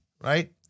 right